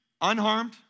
unharmed